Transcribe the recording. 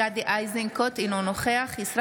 אינו נוכח גדי איזנקוט,